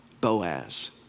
Boaz